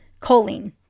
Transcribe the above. choline